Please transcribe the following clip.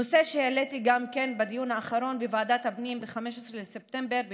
את הנושא העליתי גם בדיון בוועדת הפנים ב-15 בספטמבר על